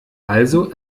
also